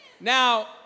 Now